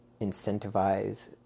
incentivize